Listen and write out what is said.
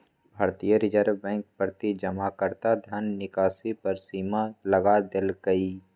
भारतीय reserve bank प्रति जमाकर्ता धन निकासी पर सीमा लगा देलकइ